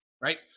right